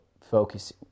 focus